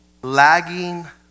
lagging